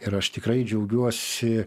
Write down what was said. ir aš tikrai džiaugiuosi